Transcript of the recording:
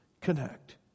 connect